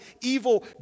evil